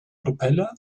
propeller